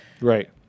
right